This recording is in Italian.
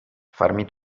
farmi